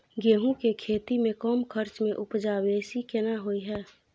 गेहूं के खेती में कम खर्च में उपजा बेसी केना होय है?